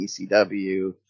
ECW